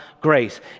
grace